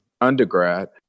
undergrad